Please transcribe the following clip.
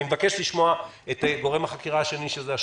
אני מבקש לשמוע את גורם החקירה השני, השב"כ.